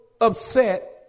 upset